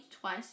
twice